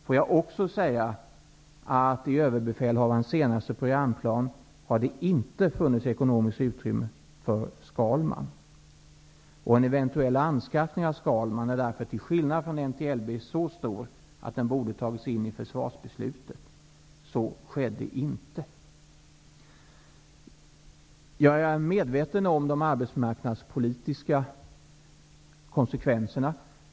Får jag också säga att det i överbefälhavarens senaste programplan inte har funnits ekonomiskt utrymme för Skalman. En eventuell anskaffning av Skalman är därför till skillnad från MT-LB så stor att den borde ha tagits in i försvarsbeslutet. Så skedde inte. Jag är medveten om de arbetsmarknadspolitiska konsekvenserna.